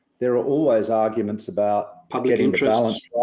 there are always arguments about public interest. right.